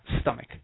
stomach